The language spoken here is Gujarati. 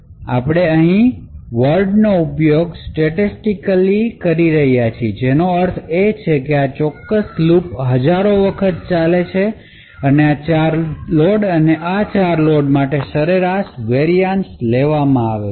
કે આપણે અહીં વર્ડનો ઉપયોગ સ્ટેટીક્લી કરી રહ્યા છીએ જેનો અર્થ એ કે આ ચોક્કસ લૂપ હજારો વખત ચાલે છે અને આ ચાર લોડ અને આ ચાર લોડ માટે સરેરાશ વેરીયાંશ લેવામાં આવે છે